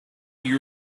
you